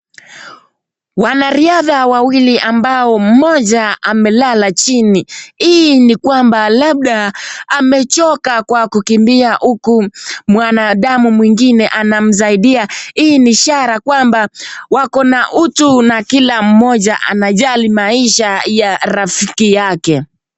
Wanariadha wawili ambao mmoja amelala chini hii ni kwamba labda amechoka kwa kukibia huku mwanadamu mwingine anamsaidia. Hii ni ishara ya kwamba wako na utu na kila mmoja ana jali maisha ya rafiki yake.